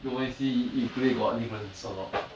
don't mind see you play got difference or not